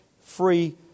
free